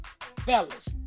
fellas